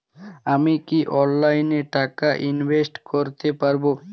আমি কি অনলাইনে টাকা ইনভেস্ট করতে পারবো?